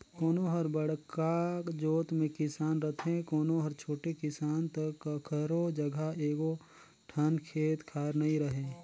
कोनो हर बड़का जोत के किसान रथे, कोनो हर छोटे किसान त कखरो जघा एको ठन खेत खार नइ रहय